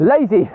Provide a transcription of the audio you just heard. lazy